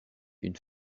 une